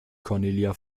cornelia